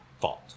fault